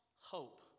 hope